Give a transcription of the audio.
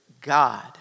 God